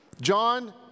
John